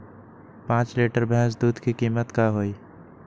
पाँच लीटर भेस दूध के कीमत का होई?